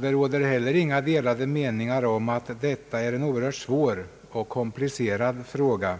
Det råder heller inga delade meningar om att detta är en oerhört svår och komplicerad fråga.